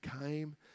came